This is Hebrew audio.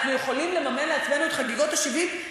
אנחנו יכולים לממן לעצמנו את חגיגות ה-70,